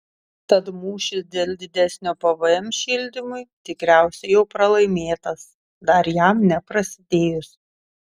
tad mūšis dėl didesnio pvm šildymui tikriausiai jau pralaimėtas dar jam neprasidėjus